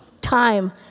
time